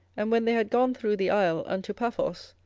and when they had gone through the isle unto paphos,